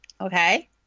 Okay